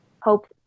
hope